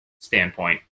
standpoint